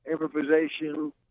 improvisation